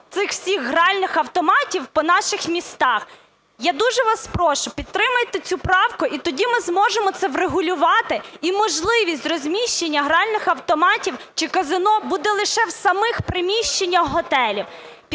цих всіх гральних автоматів по наших містах. Я дуже вас прошу підтримайте цю правку, і тоді ми зможемо це врегулювати. І можливість розміщення гральних автоматів чи казино буде лише в самих приміщеннях готелів.